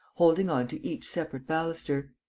holding on to each separate baluster.